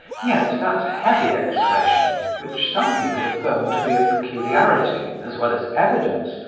yet that heavy expression which some people affirm to be a peculiarity as well as evidence,